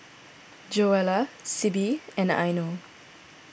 Joella Sibbie and Eino